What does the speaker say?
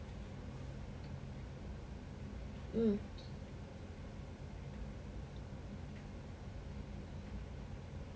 mm